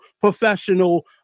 professional